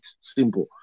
Simple